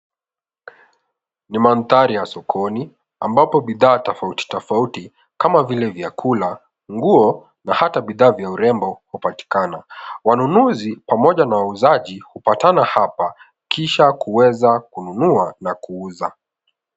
Ni mandhari ya sokoni ambapo bidhaa tofauti tofauti kama vile vyakula, nguo na hata bidhaa vya urembo hupatikana. Wanunuzi pamoja na wauzaji hupatana hapa kisha kuweza kununua na kuuza.